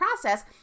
process